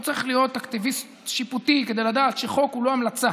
לא צריך להיות אקטיביסט שיפוטי כדי לדעת שחוק הוא לא המלצה.